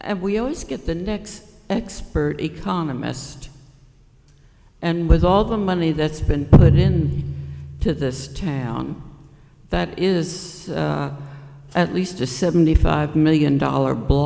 and we always get the next expert economists and with all the money that's been put in to this town that is at least a seventy five million dollar